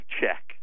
check